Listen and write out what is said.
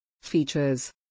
Features